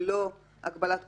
ללא הגבלת תקופה,